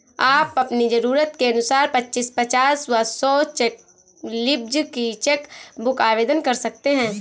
आप अपनी जरूरत के अनुसार पच्चीस, पचास व सौ चेक लीव्ज की चेक बुक आवेदन कर सकते हैं